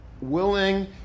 willing